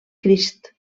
crist